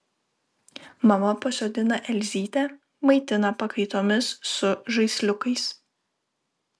mama pasodina elzytę maitina pakaitomis su žaisliukais